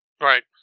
Right